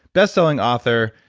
bestselling author,